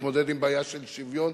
להתמודד עם בעיה של שוויון?